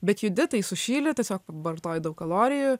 bet judi tai sušyli tiesiog vartoji daug kalorijų